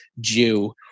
Jew